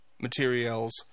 materials